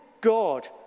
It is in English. God